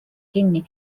kinni